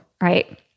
Right